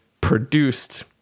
produced